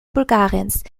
bulgariens